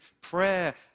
prayer